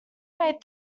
made